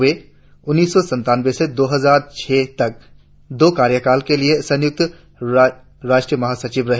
वे उन्नीस सौ सत्तानंवे से दो हजार छह तक दो कार्यकाल के लिए समयुक्त राष्ट्र महासचिव रहे